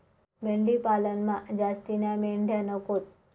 मेंढी पालनमा जास्तीन्या मेंढ्या नकोत